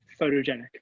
photogenic